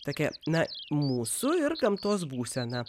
tokia na mūsų ir gamtos būsena